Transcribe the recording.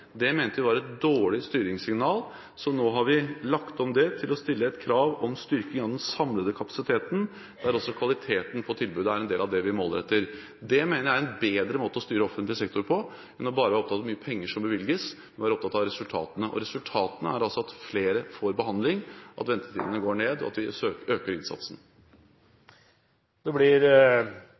mente vi var et dårlig styringssignal, så nå har vi lagt om dette til å stille et krav om styrking av den samlede kapasiteten, der også kvaliteten på tilbudet er en del av det vi måler etter. Jeg mener at det er en bedre måte å styre offentlig sektor på, å være opptatt av resultatene, enn bare å være opptatt av hvor mye penger som bevilges. Og resultatene er altså at flere får behandling, at ventetiden går ned, og at vi øker innsatsen. Det blir